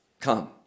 come